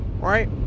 right